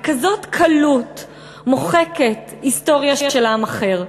בכזאת קלות מוחקת היסטוריה של עם אחר?